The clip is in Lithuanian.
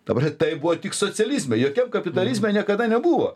dabar tai buvo tik socializme jokiam kapitalizme niekada nebuvo